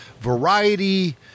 Variety